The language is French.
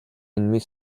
ennemis